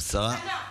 עשרה בעד.